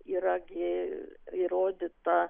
yra gi įrodyta